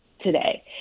today